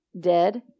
Dead